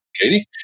Katie